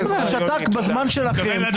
הוא שתק בזמן שלכם.